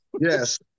Yes